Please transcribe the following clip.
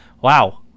Wow